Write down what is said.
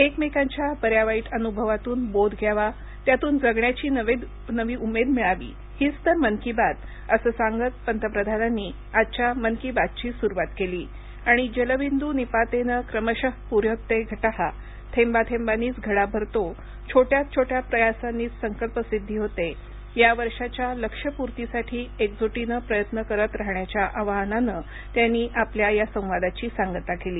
एकमेकांच्या बऱ्या वाईट अनुभवातून बोध घ्यावा त्यातून जगण्याची नवी उमेद मिळावी हीच तर मन की बात असं सांगतच पंतप्रधानांनी आजच्या मन की बात ची सुरूवात केली आणि जलबिंदू निपातेन क्रमशः पूर्यते घटः थेंबा थेंबांनीच घडा भरतो छोट्या छोट्या प्रयासांनीच संकल्पसिद्धी होते या वर्षाच्या लक्ष्यपूर्तीसाठी एकजुटीनं प्रयत्न करत राहण्याच्या आवाहनानं आपल्या या संवादाची सांगता केली